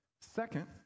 Second